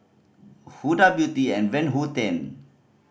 Huda Beauty and Van Houten